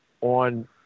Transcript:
on